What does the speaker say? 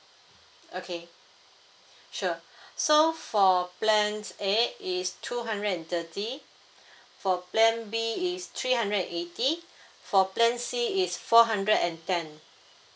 okay sure so for plan A is two hundred and thirty for plan B is three hundred and eighty for plan C is four hundred and ten